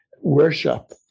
worship